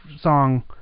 song